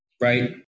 Right